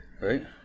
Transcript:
right